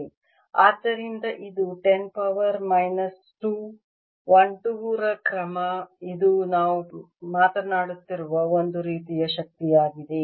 ಆದ್ದರಿಂದ ಇದು 10 power minus 2 1 2 ರ ಕ್ರಮ ಇದು ನಾವು ಮಾತನಾಡುತ್ತಿರುವ ಒಂದು ರೀತಿಯ ಶಕ್ತಿಯಾಗಿದೆ